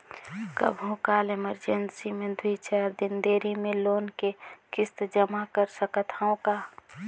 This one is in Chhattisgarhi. कभू काल इमरजेंसी मे दुई चार दिन देरी मे लोन के किस्त जमा कर सकत हवं का?